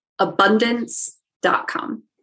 abundance.com